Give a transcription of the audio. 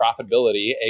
profitability